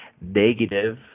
negative